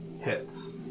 Hits